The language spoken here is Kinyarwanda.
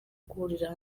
guhurira